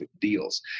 deals